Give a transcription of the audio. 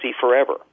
forever